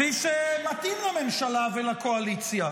כפי שמתאים לממשלה ולקואליציה,